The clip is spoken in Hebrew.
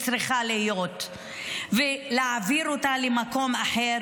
צריכה להיות ולהעביר אותה למקום אחר.